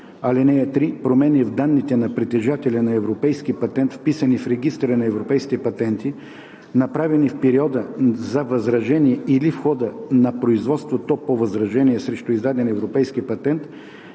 закон. (3) Промени в данните на притежателя на европейски патент, вписани в Регистъра на европейските патенти, направени в периода за възражения или в хода на производството по възражения срещу издаден европейски патент,